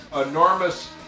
enormous